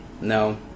no